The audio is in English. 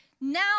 Now